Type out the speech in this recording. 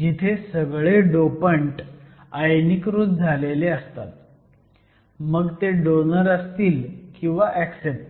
जिथे सगळे डोपंट आयनीकृत झालेले असतात मग ते डोनर असतील किंवा ऍक्सेप्टर